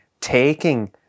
taking